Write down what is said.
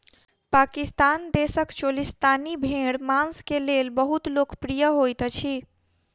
पाकिस्तान देशक चोलिस्तानी भेड़ मांस के लेल बहुत लोकप्रिय होइत अछि